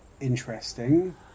interesting